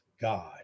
God